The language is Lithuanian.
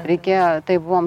reikėjo taip buvom